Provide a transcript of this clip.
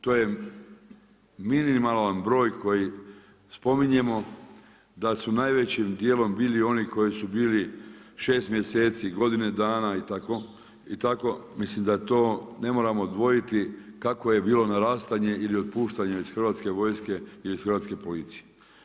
To je minimalan broj koji spominjemo, da su najvećim djelom bili oni koji su bili 6 mjeseci, godine dana, mislim da to ne moramo dvojiti kako je bilo narastanje ili otpuštanje iz hrvatske vojske ili hrvatske policije.